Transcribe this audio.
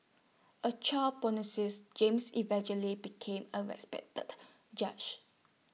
A child James eventually became A respected judge